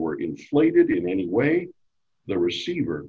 were inflated in any way the receiver